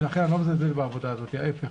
לכן אני לא מזלזל בעבודה הזאת, להיפך.